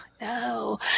No